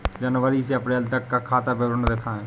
जनवरी से अप्रैल तक का खाता विवरण दिखाए?